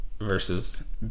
versus